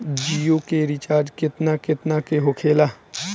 जियो के रिचार्ज केतना केतना के होखे ला?